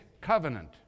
covenant